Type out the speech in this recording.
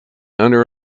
under